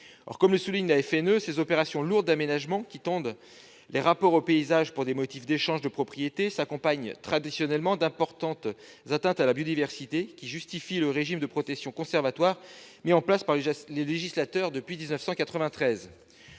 Nature Environnement, ces opérations lourdes d'aménagement, qui tendent les rapports aux paysages pour des motifs d'échanges de propriété, s'accompagnent traditionnellement d'importantes atteintes à la biodiversité, qui justifient le régime de protection conservatoire mis en place par le législateur depuis 1993.